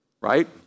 Right